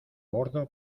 bordo